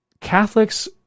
Catholics